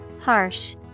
Harsh